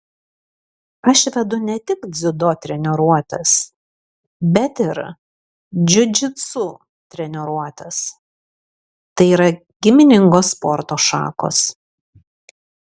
aš vedu ne tik dziudo treniruotes bet ir džiudžitsu treniruotes tai yra giminingos sporto šakos